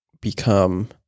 become